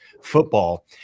football